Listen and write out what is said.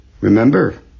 Remember